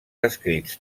escrits